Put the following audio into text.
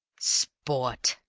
sport!